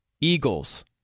Eagles